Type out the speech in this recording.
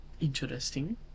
Interesting